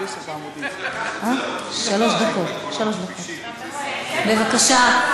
שלוש דקות, בבקשה.